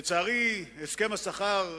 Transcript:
לצערי, הסכם השכר,